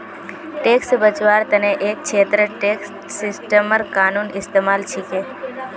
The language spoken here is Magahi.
टैक्स से बचवार तने एक छेत्रत टैक्स सिस्टमेर कानूनी इस्तेमाल छिके